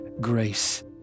grace